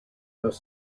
though